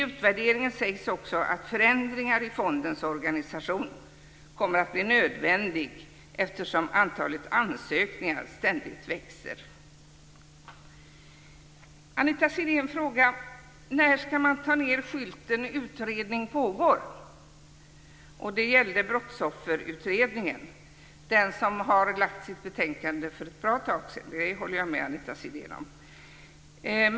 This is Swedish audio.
I utvärderingen sägs också att förändringar i fondens organisation kommer att bli nödvändiga eftersom antalet ansökningar ständigt växer. Anita Sidén frågade: När ska man ta ned skylten med "utredning pågår"? Det gällde Brottsofferutredningen, som har lagt fram sitt betänkande för ett bra tag sedan - det håller jag med Anita Sidén om.